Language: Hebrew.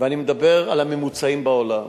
ואני מדבר על הממוצעים בעולם,